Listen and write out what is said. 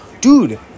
Dude